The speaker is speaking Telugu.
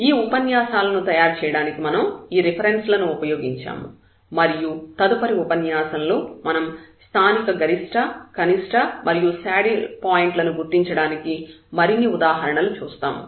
ఈ ఉపన్యాసాలను తయారుచేయడానికి మనం ఈ రిఫరెన్స్ లను ఉపయోగించాము మరియు తదుపరి ఉపన్యాసంలో మనం స్థానిక గరిష్ట కనిష్ట మరియు శాడిల్ పాయింట్ల ను గుర్తించడానికి మరిన్ని ఉదాహరణలు చూస్తాము